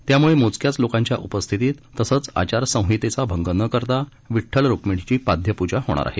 त्याम्ळे मोजक्याच लोकांच्या उपस्थितीत तसंच आचार संहितेचा भंग न करता विठ्ठल रुक्मीणीची पाद्यपुजा होणार आहे